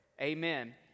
Amen